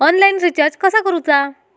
Online recharge कसा करूचा?